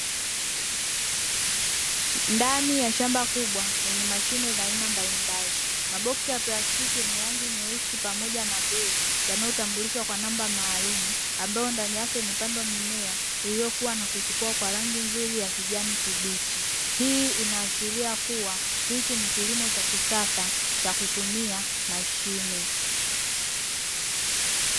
Ndani ya shamba kubwa lenye mashine za aina mbalimbali, maboksi ya plastiki nyeusi pamoja na bluu yanayotambulishwa kwa namba maalumu, ambayo ndani yake imepandwa mimea iliyokua na kuchipua kwa rangi ya kijani kibichi. Hii inaashiria kuwa hichi ni kilimo cha kisasa cha kutumia mashine.